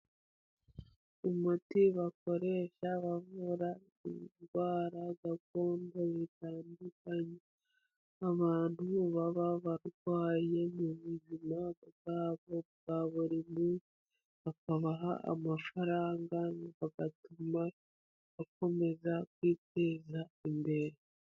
Umuti bakoresha bavura indwara gakondo bitandukanye, abantu baba barwaye mu buzima bwabo bwa buri munsi, bakabaha amafaranga bagatuma akomeza kwiteza imbere.